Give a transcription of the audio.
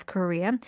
Korea